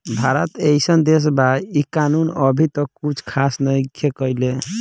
भारत एइसन देश बा इ कानून अभी तक कुछ खास नईखे कईले